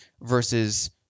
versus